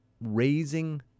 raising